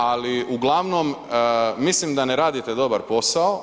Ali uglavnom mislim da ne radite dobar posao.